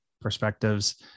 perspectives